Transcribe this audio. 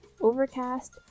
Overcast